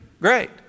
great